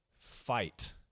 Fight